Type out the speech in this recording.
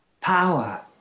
power